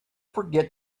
forget